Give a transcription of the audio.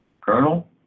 Colonel